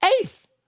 eighth